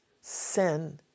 sin